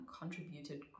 contributed